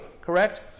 correct